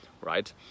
right